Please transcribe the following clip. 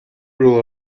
rule